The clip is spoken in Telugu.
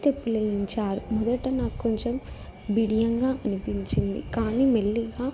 స్టెప్పులేయించారు మొదట నాకు కొంచెం బిడియంగా అనిపించింది కానీ మెల్లిగా